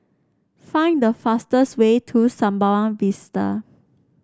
find the fastest way to Sembawang Vista